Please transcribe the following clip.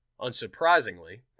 Unsurprisingly